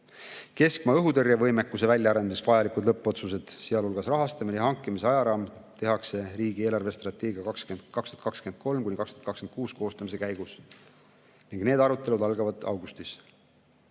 Keskmaa õhutõrje võimekuse väljaarendamiseks vajalikud lõppotsused, sealhulgas rahastamine ja hankimise ajaraam, tehakse riigi eelarvestrateegia 2023–2026 koostamise käigus ning need arutelud algavad augustis.